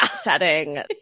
setting